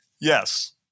Yes